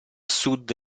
sud